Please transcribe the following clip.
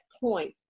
point